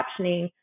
captioning